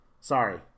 Sorry